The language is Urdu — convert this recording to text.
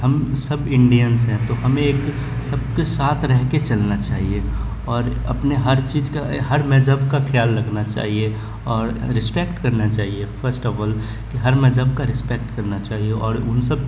ہم سب انڈینس ہیں تو ہمیں ایک سب کے ساتھ رہ کے چلنا چاہیے اور اپنے ہر چیز کا ہر مذہب کا خیال رکھنا چاہیے اور رسپیکٹ کرنا چاہیے فسٹ آف آل کہ ہر مذہب کا رسپیکٹ کرنا چاہیے اور ان سب